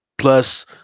Plus